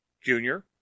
junior